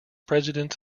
president